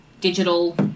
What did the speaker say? digital